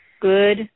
good